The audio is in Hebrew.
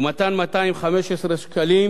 ומתן 215 שקלים